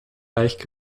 leicht